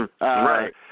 right